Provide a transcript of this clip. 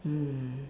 mm